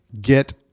get